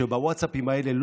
שבווטסאפים האלה,